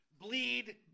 bleed